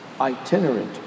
itinerant